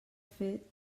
fet